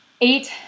eight